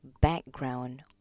background